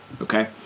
okay